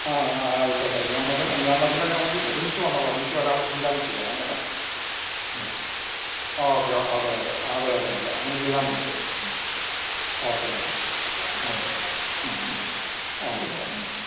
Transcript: ആ ആ ആയിക്കോട്ടെ ഞാൻ ഞാൻ വരുമ്പോള് ഞാന് ഒന്നിച്ച് ഒന്നിച്ചു വന്നോളാം ഒന്നിച്ചു വരാനുള്ള സംവിധാനം ചെയ്തോളാം കേട്ടോ ആ ഓക്കെ അതെ അതെ അതെ അതെ അതെ അങ്ങനെ ചെയ്താം മതി അത് ഉം ഓക്കെ ഓക്കെ ആ ആ ആ ഓ ആ